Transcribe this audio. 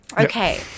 Okay